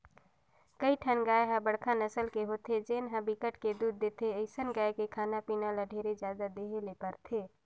कइठन गाय ह बड़का नसल के होथे जेन ह बिकट के दूद देथे, अइसन गाय के खाना पीना ल ढेरे जादा देहे ले परथे